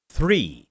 Three